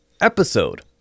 episode